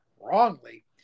wrongly